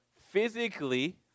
physically